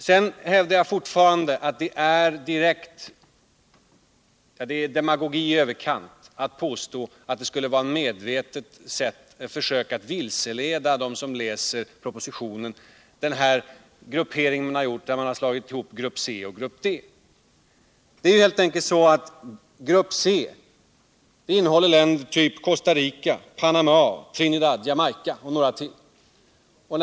Sedan hävdar jag fortfarande att det är demapogi i överkant att påstå utt den gruppering som gjorts I propositionen, där man slagit ihop grupp C och grupp D, skulle vara ett medvetet försök att vilseleda dem som läser propositionen. Grupp C omfattar länder av typ Costa Rica, Panama, Trinidad och Jamaica.